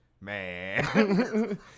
Man